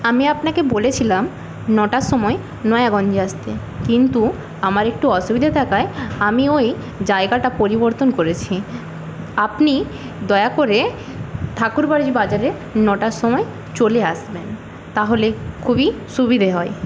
আমি আপনাকে বলেছিলাম নটার সময় নয়াগঞ্জে আসতে কিন্তু আমার একটু অসুবিধে থাকায় আমি ওই জায়গাটা পরিবর্তন করেছি আপনি দয়া করে ঠাকুর বাড়ির বাজারে নটার সময় চলে আসবেন তাহলে খুবই সুবিধে হয়